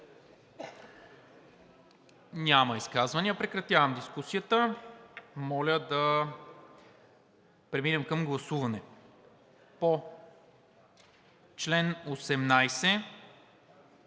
Няма. Прекратявам дискусията. Моля да преминем към гласуване. По чл. 18